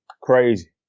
crazy